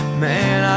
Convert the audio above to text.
man